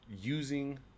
using